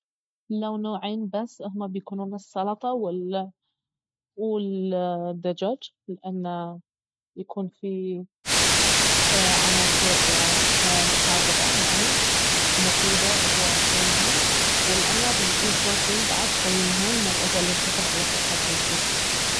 لو نوعين بس اهما بيكونون السلطة والدجاج لان يكون فيه عناصر خضرا يعني ومفيدة وهو شي مهم ولان البروتين بعد شي مهم وهو الي يحافظ على صحة الجسم